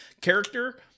character